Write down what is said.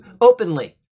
openly